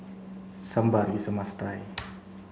sambar is a must try